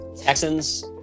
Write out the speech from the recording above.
Texans